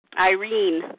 Irene